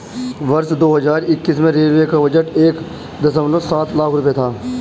वर्ष दो हज़ार इक्कीस में रेलवे का बजट एक दशमलव सात लाख रूपये था